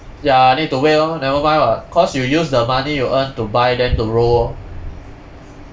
ya need to wait lor never mind [what] cause you use the money you earn to buy then to roll lor